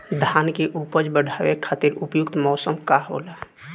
धान के उपज बढ़ावे खातिर उपयुक्त मौसम का होला?